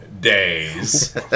days